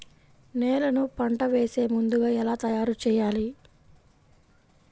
నేలను పంట వేసే ముందుగా ఎలా తయారుచేయాలి?